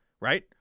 right